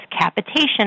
capitation